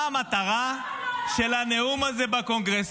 מה המטרה של הנאום הזה בקונגרס?